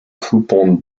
coupon